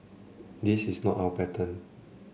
this is not our pattern